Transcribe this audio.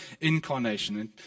incarnation